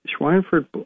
Schweinfurt